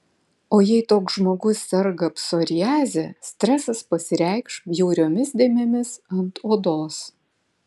o jei toks žmogus serga psoriaze stresas pasireikš bjauriomis dėmėmis ant odos